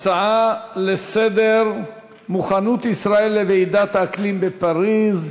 נעבור להצעות לסדר-היום בנושא: מוכנות ישראל לוועידת האקלים בפריז.